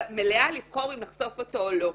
המלאה לבחור אם לחשוף אותו או לא.